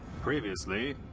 Previously